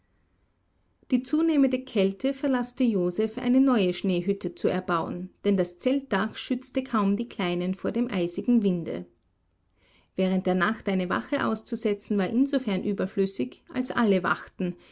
die zunehmende kälte veranlaßte joseph eine neue schneehütte zu erbauen denn das zeltdach schützte kaum die kleinen vor dem eisigen winde während der nacht eine wache auszusetzen war insofern überflüssig als alle wachten